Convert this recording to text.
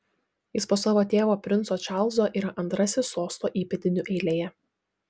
jis po savo tėvo princo čarlzo yra antrasis sosto įpėdinių eilėje